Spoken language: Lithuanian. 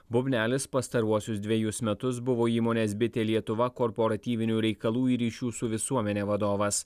bubnelis pastaruosius dvejus metus buvo įmonės bitė lietuva korporatyvinių reikalų ir ryšių su visuomene vadovas